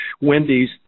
Wendy's